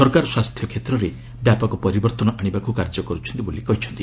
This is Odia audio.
ସରକାର ସ୍ୱାସ୍ଥ୍ୟକ୍ଷେତ୍ରରେ ବ୍ୟାପକ ପରିବର୍ଭନ ଆଶିବାକୁ କାର୍ଯ୍ୟ କରୁଛନ୍ତି ବୋଲି କହିଚ୍ଛନ୍ତି